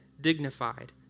dignified